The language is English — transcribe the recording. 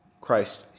Christ